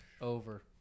Over